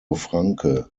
franke